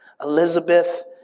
Elizabeth